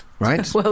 Right